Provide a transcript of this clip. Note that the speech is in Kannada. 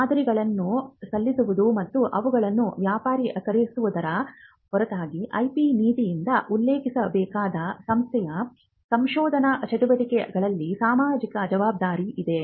ಮಾದರಿಗಳನ್ನು ಸಲ್ಲಿಸುವುದು ಮತ್ತು ಅವುಗಳನ್ನು ವ್ಯಾಪಾರೀಕರಿಸುವುದರ ಹೊರತಾಗಿ IP ನೀತಿಯಿಂದ ಉಲ್ಲೇಖಿಸಬೇಕಾದ ಸಂಸ್ಥೆಯ ಸಂಶೋಧನಾ ಚಟುವಟಿಕೆಗಳಲ್ಲಿ ಸಾಮಾಜಿಕ ಜವಾಬ್ದಾರಿ ಇದೆ